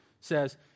says